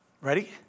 Ready